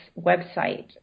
website